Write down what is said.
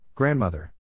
Grandmother